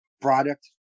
product